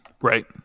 Right